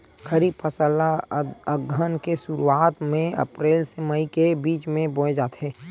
खरीफ फसल ला अघ्घन के शुरुआत में, अप्रेल से मई के बिच में बोए जाथे